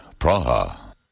Praha